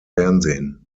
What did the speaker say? fernsehen